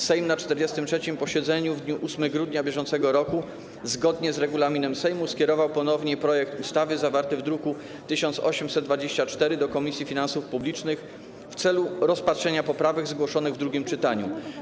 Sejm na 43. posiedzeniu w dniu 8 grudnia br. zgodnie z regulaminem Sejmu skierował ponownie projekt ustawy zawarty w druku 1824 do Komisji Finansów Publicznych w celu rozpatrzenia poprawek zgłoszonych w drugim czytaniu.